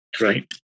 Right